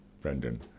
Brendan